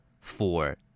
Four